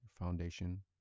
foundation